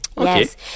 Yes